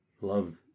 Love